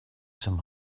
some